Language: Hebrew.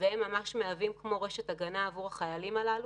והם ממש מהווים כמו רשת הגנה עבור החיילים הללו.